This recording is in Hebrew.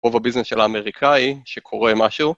רוב הביזנס של האמריקאי, שקורה משהו